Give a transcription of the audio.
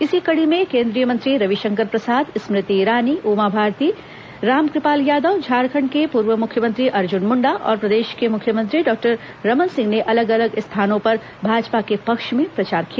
इसी कड़ी में केन्द्रीय मंत्री रविशंकर प्रसाद स्मृति ईरानी उमा भारती रोमकपाल यादव झारखंड के पूर्व मुख्यमंत्री अर्जन मुंडा और प्रदेश के मुख्यमंत्री डॉक्टर रमन सिंह ने अलग अलग स्थानों पर भाजपा के पक्ष में प्रचार किया